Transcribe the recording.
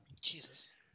Jesus